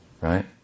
right